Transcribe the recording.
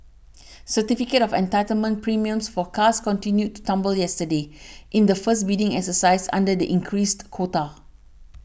certificate of entitlement premiums for cars continued to tumble yesterday in the first bidding exercise under the increased quota